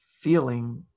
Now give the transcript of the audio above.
feeling